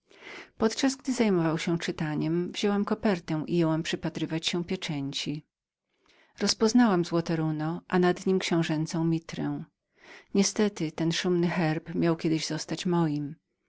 podczas gdy zajmował się czytaniem podjęłam kopertę i jęłam przypatrywać się pieczęci rozpoznałam złote runo zawieszone na książęcym płaszczu niestety ten szumny herb miał kiedyś zostać moim